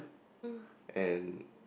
and